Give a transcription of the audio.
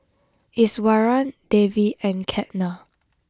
Iswaran Devi and Ketna